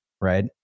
right